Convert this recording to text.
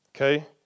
Okay